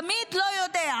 תמיד לא יודע,